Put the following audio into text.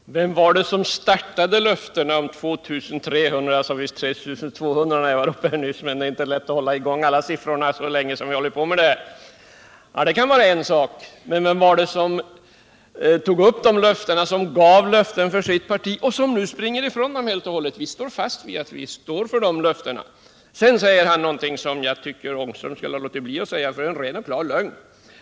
Herr talman! Vem var det som startade löftesgivningen när det gäller dessa 2 300 nya jobb? frågade Rune Ångström. Det är en sida av saken, men jag frågar vem det var som anammade dessa löften och gav dem för sitt parti men som nu springer ifrån dem helt och hållet? Vi för vår del vidhåller att vi står för våra löften. Sedan sade Rune Ångström något som jag tycker att han borde ha låtit bli att säga, för det var en ren och klar lögn.